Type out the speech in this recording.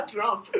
Trump